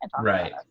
right